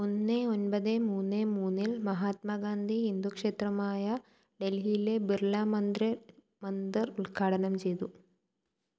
ഒന്ന് ഒമ്പത് മൂന്ന് മൂന്നിൽ മഹാത്മാഗാന്ധി ഹിന്ദു ക്ഷേത്രമായ ഡൽഹിയിലെ ബിർളാ മന്ദിർ മന്ദിർ ഉദ്ഘാടനം ചെയ്തു